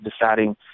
deciding